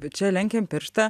bet čia lenkiam pirštą